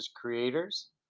creators